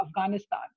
Afghanistan